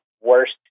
worst